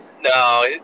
no